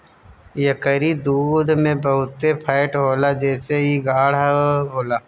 एकरी दूध में बहुते फैट होला जेसे इ गाढ़ होला